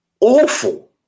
Awful